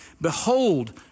Behold